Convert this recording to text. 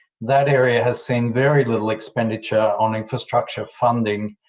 that area has seen very little expenditure on infrastructure funding,